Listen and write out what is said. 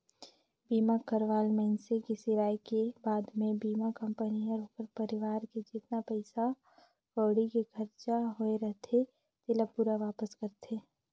बीमा करवाल मइनसे के सिराय के बाद मे बीमा कंपनी हर ओखर परवार के जेतना पइसा कउड़ी के खरचा होये रथे तेला पूरा वापस करथे